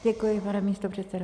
Děkuji, pane místopředsedo.